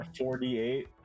48